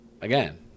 Again